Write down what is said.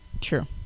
True